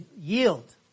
Yield